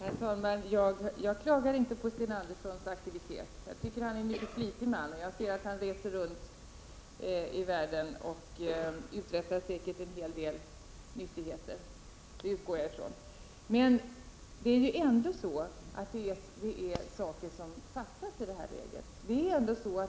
Herr talman! Jag klagar inte på Sten Anderssons aktivitet. Jag tycker att han är en flitig man. Jag ser att han reser runt i världen, och han uträttar säkert en hel del nyttigt. Det utgår jag ifrån. Men det är ju ändå så att det är saker som fattas i detta läge.